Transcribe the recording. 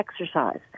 exercise